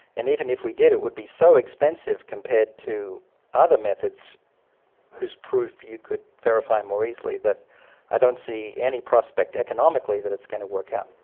and even if we did it would be so expensive compared to other methods whose proof you could verify more easily that i don't see any prospect economically that it's going to work out.